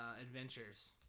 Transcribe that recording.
adventures